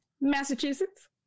Massachusetts